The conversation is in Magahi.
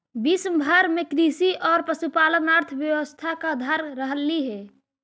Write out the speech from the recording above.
विश्व भर में कृषि और पशुपालन अर्थव्यवस्था का आधार रहलई हे